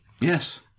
Yes